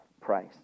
price